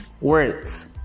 words